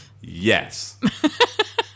Yes